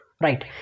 right